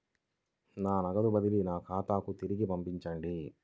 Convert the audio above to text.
నా నగదు బదిలీ నా ఖాతాకు తిరిగి వచ్చింది